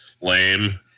lame